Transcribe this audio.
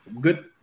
good